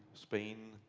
spain,